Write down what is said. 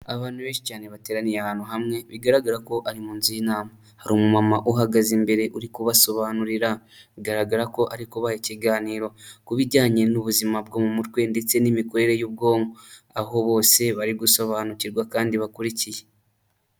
Abantu benshi cyane bateraniye ahantu hamwe bigaragara ko ari mu nzu y'inama, hari umumama uhagaze imbere uri kubasobanurira, bigaragara ko ari kubaha ikiganiro ku bijyanye n'ubuzima bwo mu mutwe ndetse n'imikorere y'ubwonko, aho bose bari gusobanukirwa kandi bakurikiye.